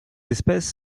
espèce